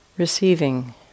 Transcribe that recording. Receiving